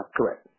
Correct